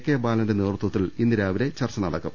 K ബാലന്റെ നേതൃത്വത്തിൽ ഇന്ന് രാവിലെ ചർച്ച നടക്കും